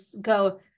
go